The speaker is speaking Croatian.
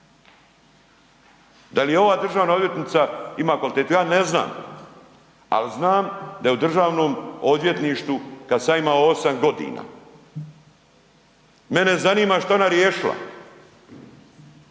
Da li ova državna ima …/nerazumljivo/… ja ne znam, al znam da je u Državnom odvjetništvu kad sam ja imao 8 godina, mene zanima što je ona riješila,